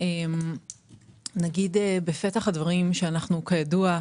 בפתח הדברים נגיד שכידוע,